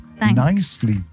Nicely